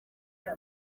rya